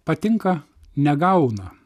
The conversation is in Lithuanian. patinka negauna